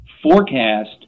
forecast